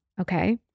okay